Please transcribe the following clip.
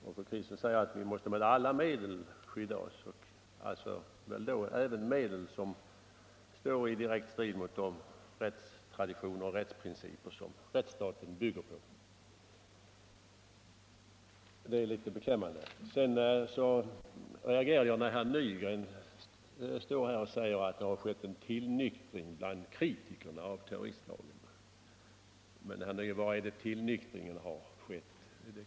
Fru Kristensson säger att vi med alla medel måste skydda oss — alltså väl då även med de medel som står i direkt strid mot de rättstraditioner och rättsprinciper som rättsstaten bygger på. Det är beklämmande. Sedan reagerade jag när herr Nygren sade att det har skett en tillnyktring bland kritikerna av terroristlagen. Var är det tillnyktringen har skett?